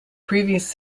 previous